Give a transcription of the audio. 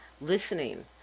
listening